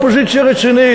הייתה פעם אופוזיציה רצינית,